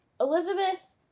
Elizabeth